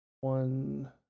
One